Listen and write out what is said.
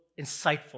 insightful